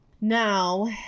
Now